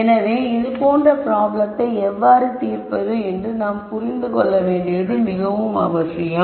எனவே இதுபோன்ற ப்ராப்ளத்தை எவ்வாறு தீர்ப்பது என்று நாம் புரிந்து கொள்வது மிகவும் அவசியம்